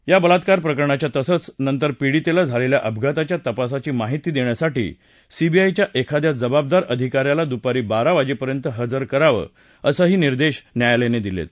या बलात्कार प्रकरणाच्या तसंच नंतर पीडितेला झालेल्या अपघाताच्या तपासाची माहिती देण्यासाठी सीबीआयच्या एखाद्या जबाबदार अधिका याला दुपारी बारा वाजेपर्यंत हजर करावं असे निर्देशही न्यायालयानं दिलेत